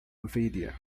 nvidia